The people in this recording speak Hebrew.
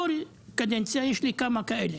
כל קדנציה יש לי כמה כאלה.